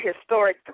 historic